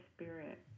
spirit